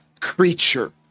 creature